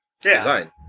design